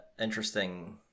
interesting